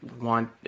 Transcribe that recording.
want